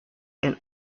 and